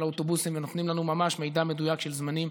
האוטובוסים ונותנים לנו מידע מדויק של זמנים,